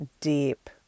deep